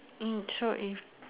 so if